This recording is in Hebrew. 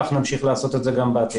כך נמשיך לעשות את זה גם בעתיד.